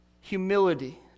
humility